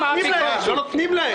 לא נותנים להם.